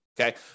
Okay